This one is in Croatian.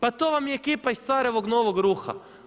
Pa to vam je ekipa iz carevog novog ruha.